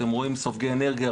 אתם רואים סופגי אנרגיה,